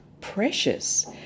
precious